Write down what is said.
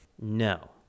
No